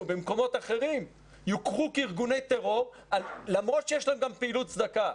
במקומות אחרים יוכרו כארגוני טרור למרות שיש להם גם פעילות צדקה.